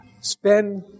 spend